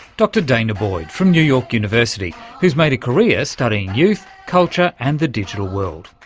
dr danah boyd from new york university who's made a career studying youth, culture and the digital world.